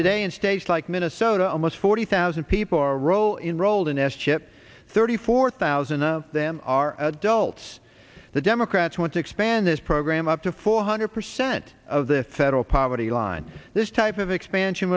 today in states like minnesota almost forty thousand people are role enroll in s chip thirty four thousand of them are adults the democrats want to expand this program up to four hundred percent of the federal poverty line this type of expansion